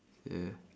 ya